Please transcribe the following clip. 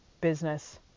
business